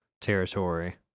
territory